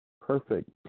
perfect